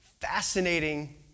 fascinating